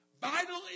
vital